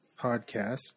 podcast